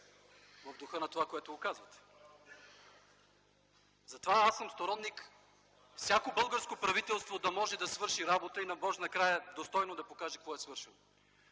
в духа на това, което казвате. (Оживление.) Затова аз съм сторонник всяко българско правителство да може да свърши работа и да може накрая достойно да покаже какво е свършило.